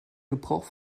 gebrauch